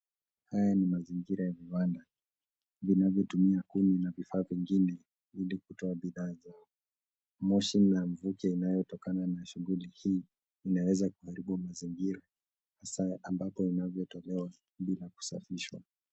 Haya ni mazingira ya viwanda vinavyotumia kuni na vifaa vingine ili kutoa bidhaa zao. Moshi na mvuke inayotokana na shughuli hii, inaweza kuaharibu mazingira, hasa ambapo inapotolewa bila kusafishwa.